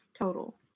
total